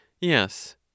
YES